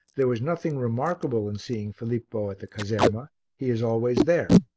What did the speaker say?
there was nothing remarkable in seeing filippo at the caserma he is always there.